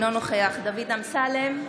אינו נוכח דוד אמסלם,